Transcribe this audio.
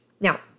Now